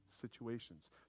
situations